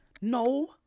no